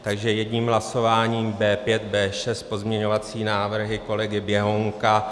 Takže jedním hlasováním B5, B6, pozměňovací návrhy kolegy Běhounka.